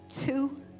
Two